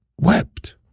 wept